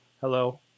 Hello